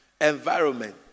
environment